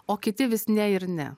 o kiti vis ne ir ne